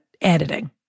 editing